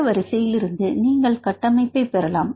இந்த வரிசையிலிருந்து நீங்கள் கட்டமைப்பைப் பெறலாம்